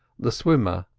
the swimmer.